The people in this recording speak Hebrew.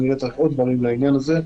וכנראה צריך עוד דברים לעניין הזה.